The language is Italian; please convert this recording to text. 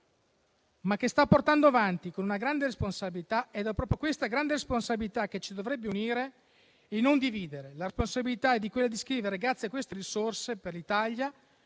ma che sta portando avanti con grande responsabilità, ed è proprio questa grande responsabilità che ci dovrebbe unire e non dividere. La responsabilità è quella di scrivere, grazie a queste risorse per l'Italia,